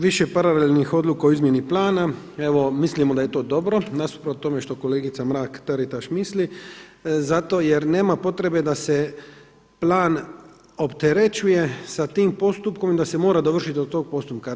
Više paralelnih odluka o izmjeni plana, evo mislimo da je to dobro nasuprot tome što kolegica Mrak TAritaš misli, zato jer nema potrebe da se plan opterećuje sa tim postupkom da se mora dovršiti do tog postupka.